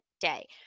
day